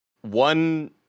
one